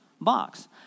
box